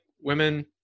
women